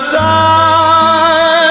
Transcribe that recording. time